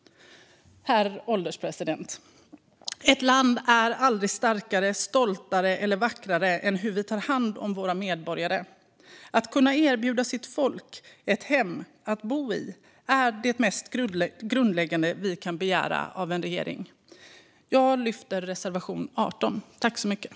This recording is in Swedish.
Herr ålderspresident! Ett land är aldrig starkare, stoltare eller vackrare än hur det tar hand om sina medborgare. Att se till att ett land kan erbjuda sitt folk ett hem att bo i är det mest grundläggande vi kan begära av en regering. Jag yrkar bifall till reservation 18.